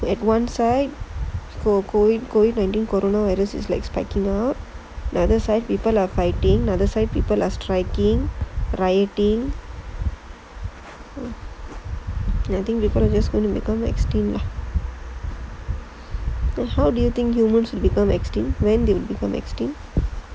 at one side we are going corona virus specular another side people are fighting and striking people are just become extinct so when do you think they become extinct why they become extinct